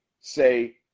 say